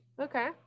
Okay